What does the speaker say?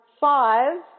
five